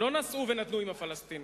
לא נשאו ונתנו עם הפלסטינים,